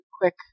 quick